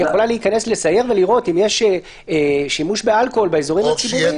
היא יכולה לסייר ולראות אם יש שימוש באלכוהול באזורים הציבוריים.